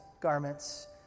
garments